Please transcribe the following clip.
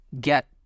get